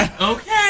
okay